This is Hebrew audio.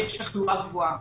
כשיש תחלואה גבוהה.